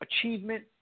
achievement